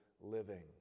living